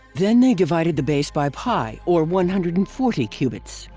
then they divided the base by pi or one hundred and forty cubits.